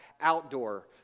outdoor